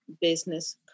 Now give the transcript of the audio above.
business